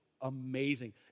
amazing